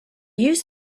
use